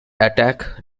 attack